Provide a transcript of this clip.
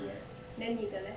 ya then 你的 leh